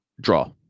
Draw